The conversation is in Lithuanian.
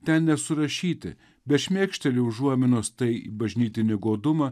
ten nesurašyti bet šmėkšteli užuominos tai į bažnytinį godumą